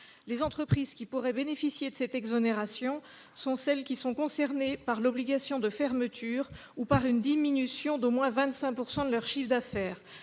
Les entreprises qui pourraient bénéficier de cette exonération sont celles qui sont concernées par l'obligation de fermeture ou par une diminution d'au moins 25 % de leur chiffre d'affaires.